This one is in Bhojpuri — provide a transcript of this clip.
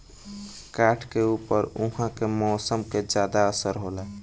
काठ के ऊपर उहाँ के मौसम के ज्यादा असर होला